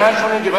איפה בירושלים?